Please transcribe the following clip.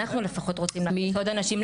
אנחנו לפחות רוצים להכניס עוד אנשים.